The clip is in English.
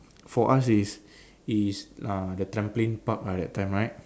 for us is is uh the trampoline-park ah that time right